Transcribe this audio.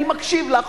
אני מקשיב לך,